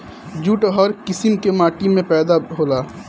jute हर किसिम के माटी में पैदा होला